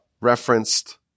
referenced